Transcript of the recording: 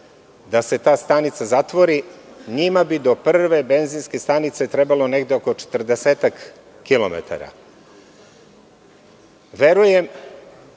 da se ta stanica zatvori, njima bi do prve benzinske stanice trebalo oko 40-ak kilometara.